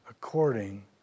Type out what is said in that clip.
According